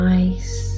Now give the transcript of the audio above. Nice